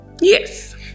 yes